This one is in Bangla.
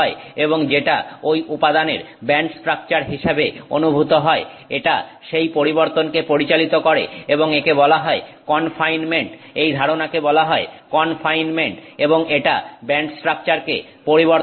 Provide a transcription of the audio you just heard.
এবং যেটা ঐ উপাদানের ব্যান্ড স্ট্রাকচার হিসাবে অনুভূত হয় এটা সেই পরিবর্তনকে পরিচালিত করে এবং একে বলা হয় কনফাইনমেন্ট এই ধারণাকে বলা হয় কনফাইনমেন্ট এবং এটা ব্যান্ড স্ট্রাকচারকে পরিবর্তন করে